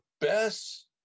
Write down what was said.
best